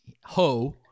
Ho